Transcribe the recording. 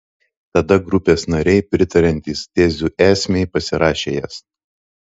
tada grupės nariai pritariantys tezių esmei pasirašė jas